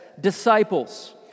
disciples